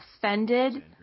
offended